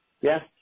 Yes